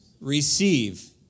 receive